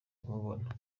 kumubona